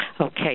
Okay